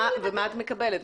מה התשובות שאת מקבלת?